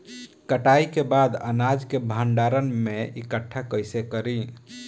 कटाई के बाद अनाज के भंडारण में इकठ्ठा कइसे करी?